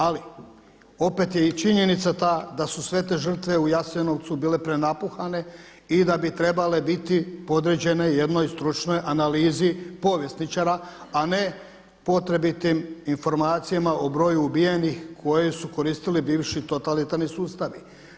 Ali opet je i činjenica ta da su sve te žrtve u Jasenovcu bile prenapuhane i da bi trebale biti podređene jednoj stručnoj analizi povjesničara, a ne potrebitim informacijama o broju ubijenih koje su koristili bivši totalitarni sustavi.